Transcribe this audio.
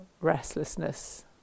Restlessness